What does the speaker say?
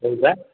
କୋଉଟା